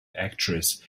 actress